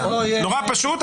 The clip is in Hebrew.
נורא פשוט,